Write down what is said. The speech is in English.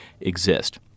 exist